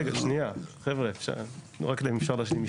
רק אם אפשר להשלים משפט.